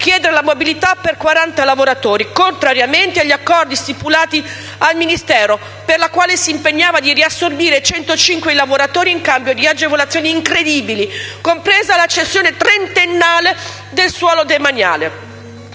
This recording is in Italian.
chiedendo la mobilità per 40 lavoratori contrariamente agli accordi stipulati al Ministero, per i quali si impegnava a riassorbire 105 lavoratori in cambio di agevolazioni incredibili, compresa la cessione trentennale del suolo demaniale.